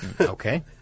Okay